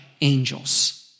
angels